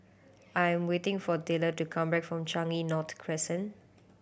I'm waiting for Taylor to come back from Changi North Crescent